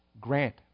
grant